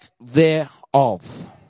thereof